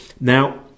Now